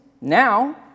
now